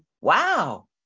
wow